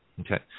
Okay